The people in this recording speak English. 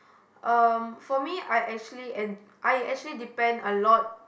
um for me I actually and I actually depend a lot